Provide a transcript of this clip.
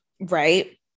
Right